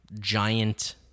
giant